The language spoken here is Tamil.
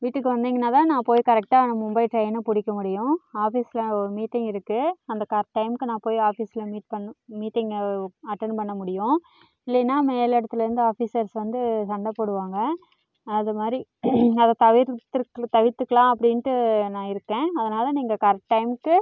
வீட்டுக்கு வந்தீங்கனால் தான் நான் போய் கரெக்டாக நான் மும்பை ட்ரெயினை பிடிக்க முடியும் ஆஃபிஸில் ஒரு மீட்டிங் இருக்குது அந்த கரெக்ட் டைம்க்கு நான் போய் ஆஃபிஸில் மீட் பண்ணும் மீட்டிங்கை அட்டன்ட் பண்ண முடியும் இல்லைனால் மேல் இடத்துலேருந்து ஆஃபிஸர்ஸ் வந்து சண்டை போடுவாங்க அது மாரி அதை தவிர்த்துக்கு தவிர்த்துக்கலாம் அப்படின்ட்டு நான் இருக்கேன் அதனால் நீங்கள் கரெக்ட் டைம்க்கு